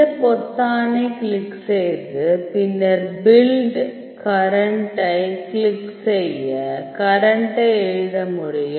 இந்த பொத்தானைக் கிளிக் செய்து பின்னர் பில்ட் கரண்டை கிளிக் செய்ய கரண்டை எழுத முடியும்